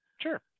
Sure